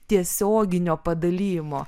tiesioginio padalijimo